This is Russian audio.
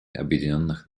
объединенных